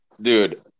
dude